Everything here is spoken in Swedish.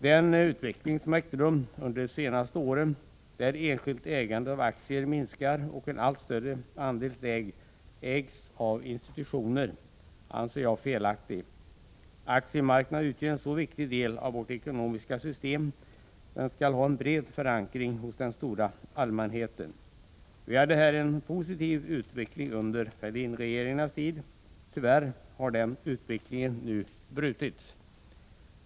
Den utveckling som ägt rum under de senaste åren, där enskilt ägande av aktier minskar och en allt större andel ägs av institutioner, anser jag felaktig. Aktiemarknaden som utgör en så viktig del av vårt ekonomiska system skall ha en bred förankring hos den stora allmänheten. Vi hade här en positiv utveckling under Fälldinregeringarnas tid. Tyvärr har den utvecklingen nu brutits.